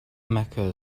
mecca